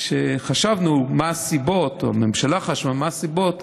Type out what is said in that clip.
כשחשבנו מה הסיבות, או כשהממשלה חשבה מה הסיבות,